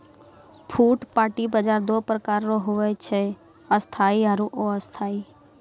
फुटपाटी बाजार दो प्रकार रो हुवै छै स्थायी आरु अस्थायी